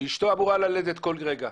אשתו אמורה ללדת כל רגע.